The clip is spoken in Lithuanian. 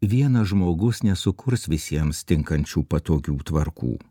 vienas žmogus nesukurs visiems tinkančių patogių tvarkų